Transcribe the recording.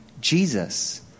Jesus